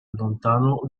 lontano